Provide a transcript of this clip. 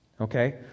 Okay